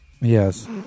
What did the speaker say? yes